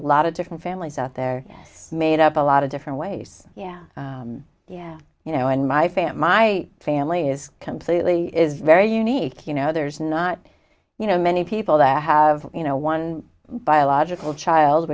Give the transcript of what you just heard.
lot of different families out there made up a lot of different ways yeah yeah you know in my family my family is completely is very unique you know there's not you know many people that have you know one biological child